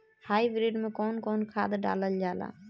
Hybrid में कउन कउन खाद डालल जाला?